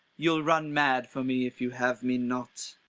you'll run mad for me if you have me not.